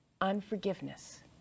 Unforgiveness